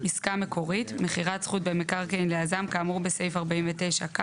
"עסקה מקורית" מכירת זכות במקרקעין ליזם כאמור בסעיף 49כ,